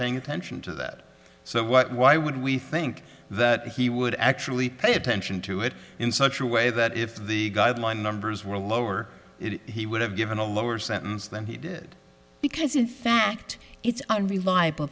paying attention to that so what why would we think that he would actually pay attention to it in such a way that if the guideline numbers were lower it he would have given a lower sentence than he did because in fact it's unreliable